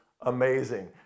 amazing